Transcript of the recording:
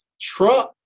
Trump